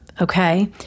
Okay